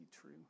true